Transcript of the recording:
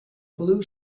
blue